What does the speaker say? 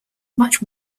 much